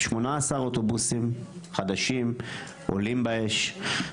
18 אוטובוסים חדשים עולים באש,